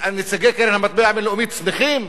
שנציגי קרן המטבע הבין-לאומית שמחים?